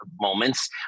moments